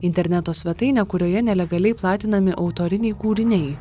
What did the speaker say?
interneto svetainę kurioje nelegaliai platinami autoriniai kūriniai